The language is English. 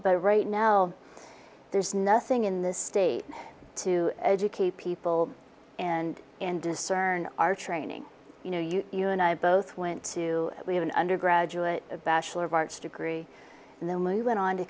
but right now there's nothing in this state to educate people and in discern our training you know you you and i both went to we have an undergraduate a bachelor of arts degree and then move went on to